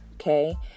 Okay